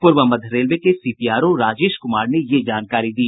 पूर्व मध्य रेलवे के सीपीआरओ राजेश कुमार ने यह जानकारी दी